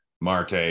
Marte